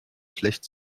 schlecht